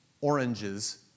oranges